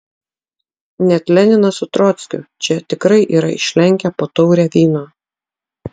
net leninas su trockiu čia tikrai yra išlenkę po taurę vyno